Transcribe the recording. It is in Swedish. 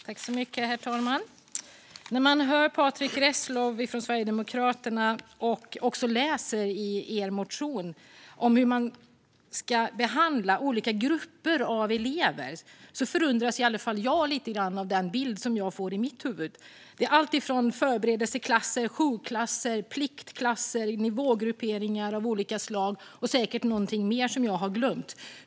Herr talman! När man lyssnar på Patrick Reslow och läser i Sverigedemokraternas motion om hur man ska behandla olika grupper av elever förundras i alla fall jag lite grann av den bild jag får i mitt huvud. Det är alltifrån förberedelseklasser och jourklasser till pliktklasser och nivågrupperingar av olika slag och säkert någonting mer som jag har glömt.